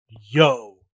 yo